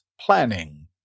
planning